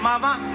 Mama